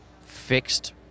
fixed